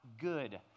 good